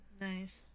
Nice